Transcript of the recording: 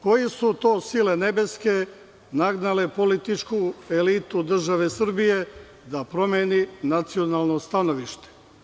Koje su to sile nebeske nagnale političku elitu države Srbije da promeni nacionalno stanovište?